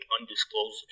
undisclosed